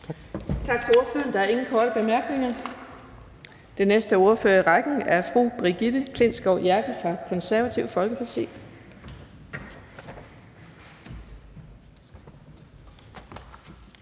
Tak til ordføreren. Der er ingen korte bemærkninger. Den næste ordfører i rækken er fru Brigitte Klintskov Jerkel fra Det Konservative Folkeparti.